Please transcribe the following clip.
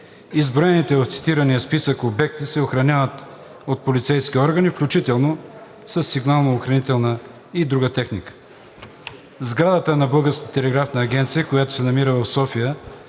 Изброените в цитирания списък обекти се охраняват от полицейски органи, включително със сигнално-охранителна и друга техника. Сградата на БТА, която се намира в град София,